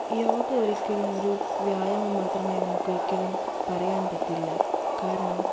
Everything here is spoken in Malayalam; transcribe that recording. യോഗ ഒരിക്കലും ഒരു വ്യായാമം മാത്രമായി നമുക്കൊരിക്കലും പറയാൻ പറ്റില്ല കാരണം